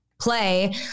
play